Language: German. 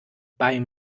beim